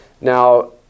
Now